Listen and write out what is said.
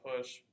push